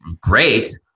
great